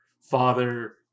father